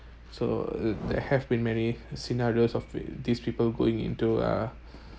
so there have been many scenarios of these people going into uh